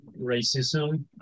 racism